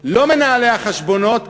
לא מנהלי החשבונות,